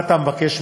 מה אתה מבקש?